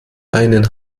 einen